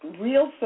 real